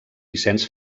vicenç